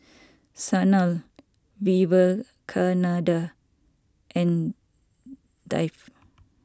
Sanal Vivekananda and Dev